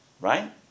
Right